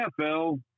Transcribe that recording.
NFL